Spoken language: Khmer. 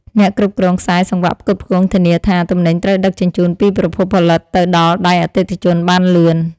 អ្នកគ្រប់គ្រងខ្សែសង្វាក់ផ្គត់ផ្គង់ធានាថា ទំនិញត្រូវដឹកជញ្ជូនពីប្រភពផលិតទៅដល់ដៃអតិថិជនបានលឿន។